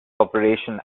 operation